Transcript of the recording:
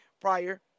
prior